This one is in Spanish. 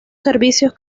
servicios